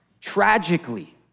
tragically